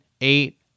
eight